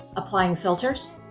applying filters,